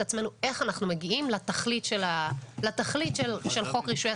עצמנו איך אנחנו מגיעים לתכלית של חוק רישוי עסקים.